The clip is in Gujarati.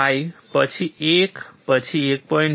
5 પછી 1 પછી 1